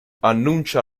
annuncia